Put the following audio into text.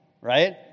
right